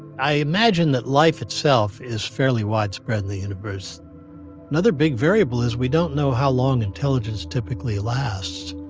i imagine that life itself is fairly widespread in the universe another big variable is we don't know how long intelligence typically lasts.